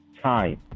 time